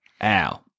Ow